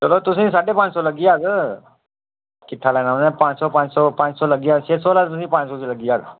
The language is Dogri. चलो तुसें ई साड्ढे पंज सौ लग्गी जाह्ग किट्ठा लैना पंज सौ पंज सौ लग्गी जाह्ग छे सौ निं पंज सौ लग्गी जाह्ग